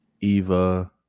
Eva